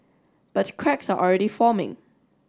but cracks are already forming